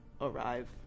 arrive